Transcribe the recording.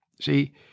See